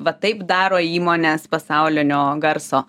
va taip daro įmonės pasaulinio garso